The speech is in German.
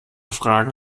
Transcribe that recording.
fragen